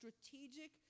strategic